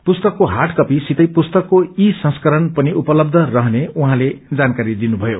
पुस्तकको हार्ड कपीसितै पुस्तकको ई संस्करण पनि उपलब्ध रहने उहाँले जानकारी दिनुथयो